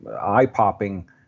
eye-popping